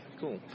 cool